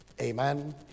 Amen